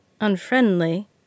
unfriendly